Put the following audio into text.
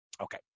Okay